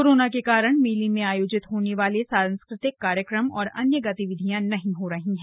corona के कारण मेले में आयोजित होने वाले सांस्कृतिक कार्यक्रम और अन्य गतिविधियां नहीं हो रही हैं